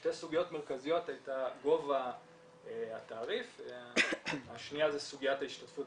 שתי סוגיות מרכזיות היו גובה התעריף והשנייה זה סוגיית ההשתתפות